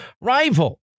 rival